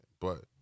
But-